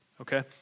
okay